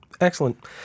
Excellent